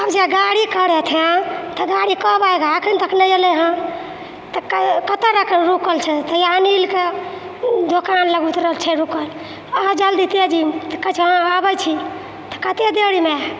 हम जे गाड़ी करैत हँ गाड़ी कब आएगा एखन तक नहि अएलै हँ तऽ कतऽ रुकल छै तऽ या अनिलके दोकान लगमे थोड़ा छै रुकल आओर जल्दी तेजीमे तऽ कहै छै हँ आबै छी तऽ कतेक देरमे